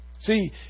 See